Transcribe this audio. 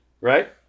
right